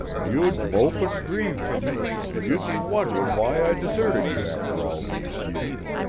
you'd mope and grieve for me, and you'd be wond'ring why i'd deserted you after all these years.